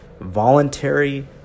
voluntary